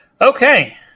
Okay